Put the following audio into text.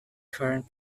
current